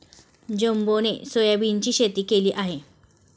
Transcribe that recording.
जंबोने सोयाबीनची शेती केली आहे